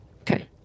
Okay